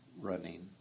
running